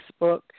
Facebook